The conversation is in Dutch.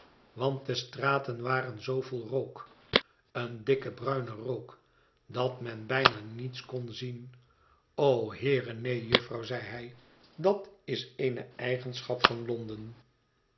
want de straten waren zoo vol rook een dikke bruine rook dat men bijna niets kon zien o heere neen jufvrouw zeide hij dat is eene eigenschap van londen